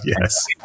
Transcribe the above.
yes